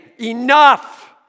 enough